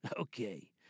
Okay